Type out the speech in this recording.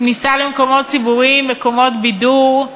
כניסה למקומות ציבוריים, מקומות בידור,